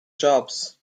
jobs